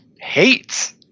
hates